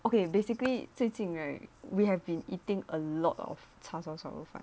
okay basically 最近 right we have been eating a lot of 叉烧烧肉饭